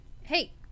Hey